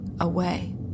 away